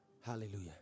Hallelujah